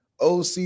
OC